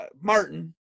Martin